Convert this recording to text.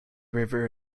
river